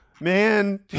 man